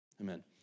Amen